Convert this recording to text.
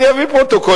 אני אביא פרוטוקולים.